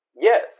Yes